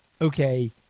okay